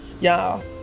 Y'all